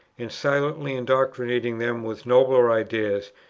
and silently indoctrinating them with nobler ideas,